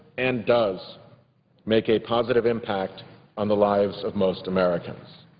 and does make a positive impact on the lives of most americans.